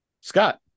Scott